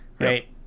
Right